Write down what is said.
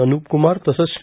अनूप कुमार तसंच श्री